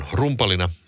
rumpalina